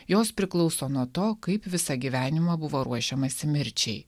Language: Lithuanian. jos priklauso nuo to kaip visą gyvenimą buvo ruošiamasi mirčiai